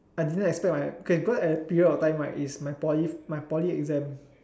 I didn't expect my okay cause at the period of time right is my poly my poly exam